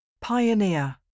Pioneer